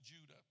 Judah